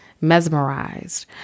mesmerized